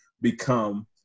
become